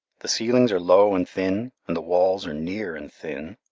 the ceilings are low and thin, and the walls are near and thin,